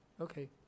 Okay